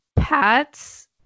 Pat's